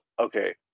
Okay